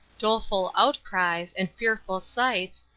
doleful outcries, and fearful sights,